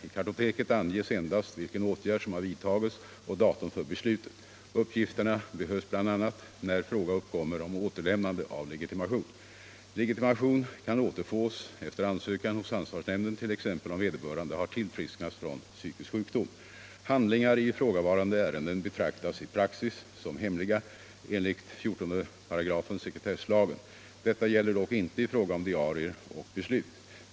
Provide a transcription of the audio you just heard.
I kartoteket anges endast vilken åtgärd som har vidtagits och datum för beslutet. Uppgifterna behövs bl.a. när fråga uppkommer om återlämnande av legitimation. Legitimation kan återfås efter ansökan hos ansvarsnämnden t.ex. om vederbörande har tillfrisknat från psykisk sjukdom. Handlingar i ifrågavarande ärenden betraktas i praxis som hemliga enligt 14 § sekretesslagen. Detta gäller dock inte i fråga om diarier och beslut.